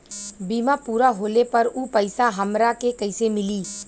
बीमा पूरा होले पर उ पैसा हमरा के कईसे मिली?